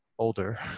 older